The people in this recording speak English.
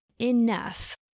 enough